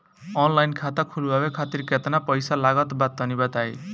Online खाता खूलवावे खातिर केतना पईसा लागत बा तनि बताईं?